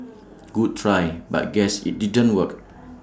good try but guess IT didn't work